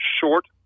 short